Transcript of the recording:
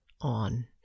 on